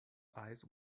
eyes